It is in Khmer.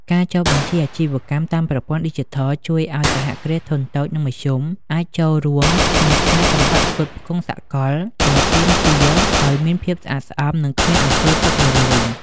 ការចុះបញ្ជីអាជីវកម្មតាមប្រព័ន្ធឌីជីថល ជួយឱ្យ សហគ្រាសធុនតូច និងមធ្យម អាចចូលរួមក្នុងខ្សែសង្វាក់ផ្គត់ផ្គង់សកល ដែលទាមទារឱ្យមានភាពស្អាតស្អំ និងគ្មាន អំពើពុករលួយ។